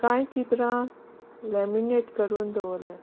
कांय चित्रां लॅमिनेट करून दवरल्यांत